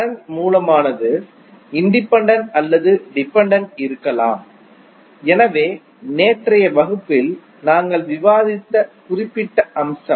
current மூலமானது independent அல்லது dependent இருக்கலாம் எனவே நேற்றைய வகுப்பில் நாங்கள் விவாதித்த குறிப்பிட்ட அம்சம்